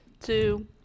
two